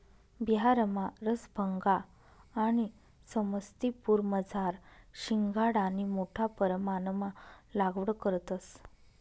बिहारमा रसभंगा आणि समस्तीपुरमझार शिंघाडानी मोठा परमाणमा लागवड करतंस